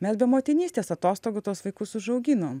mes be motinystės atostogų tuos vaikus užauginom